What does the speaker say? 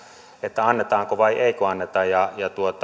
että annetaanko vai eikö anneta ja